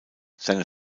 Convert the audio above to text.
seine